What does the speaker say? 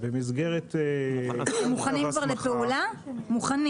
במסגרת -- אתם מוכנים